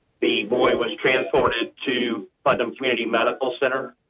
the boy was transported to buy them community medical center.